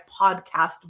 podcast